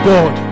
God